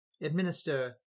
administer